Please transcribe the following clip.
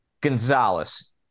Gonzalez